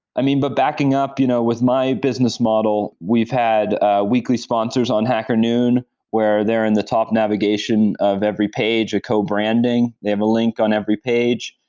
i mean, but backing up you know with my business model, we've had weekly sponsors on hacker noon where they're in the top navigation of every page, a co-branding, they have a link on every page,